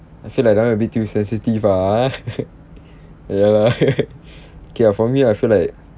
I feel like that [one] a bit too sensitive ah ha ya lah okay lah for me I feel like